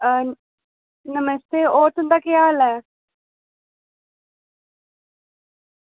नमस्ते होर तुं'दा केह् हाल ऐ